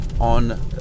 on